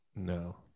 No